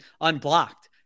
unblocked